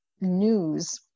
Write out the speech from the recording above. news